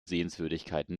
sehenswürdigkeiten